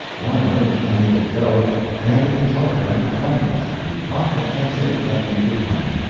warner, unable to go, handed the telegram to clemens, who promptly answered that he would come.